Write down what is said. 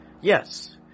Yes